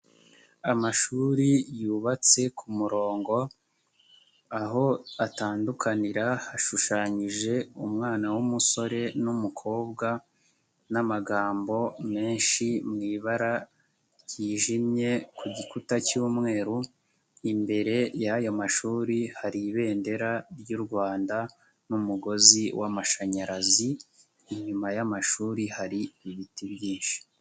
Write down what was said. Amashuri yubatse ku murongo, aho atandukanira hashushanyije umwana w'umusore n'umukobwa n'amagambo menshi mu ibara ryijimye ku gikuta cy'umweru, imbere y'ayo mashuri hari ibendera ry'u Rwanda n'umugozi w'amashanyarazi, inyuma y'amashuri hari ibiti byinshi.